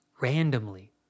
randomly